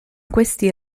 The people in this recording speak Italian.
questi